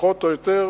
פחות או יותר,